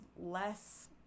less